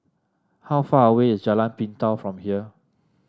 how far away is Jalan Pintau from here